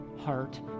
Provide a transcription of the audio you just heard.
heart